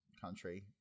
country